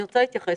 אני רוצה להתייחס.